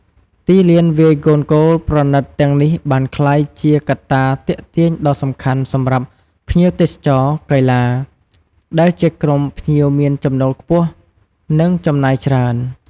ទីលានវាយកូនហ្គោលប្រណីតទាំងនេះបានក្លាយជាកត្តាទាក់ទាញដ៏សំខាន់សម្រាប់ ភ្ញៀវទេសចរកីឡា ដែលជាក្រុមភ្ញៀវមានចំណូលខ្ពស់ និងចំណាយច្រើន។